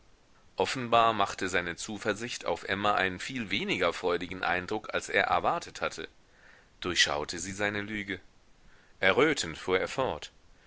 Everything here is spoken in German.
offenbar machte seine zuversicht auf emma einen viel weniger freudigen eindruck als er erwartet hatte durchschaute sie seine lüge errötend fuhr er fort